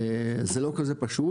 זה לא כזה פשוט,